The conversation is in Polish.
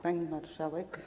Pani Marszałek!